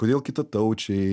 kodėl kitataučiai